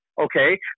okay